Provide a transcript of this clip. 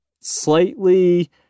slightly